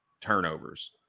turnovers